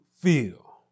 feel